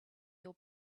your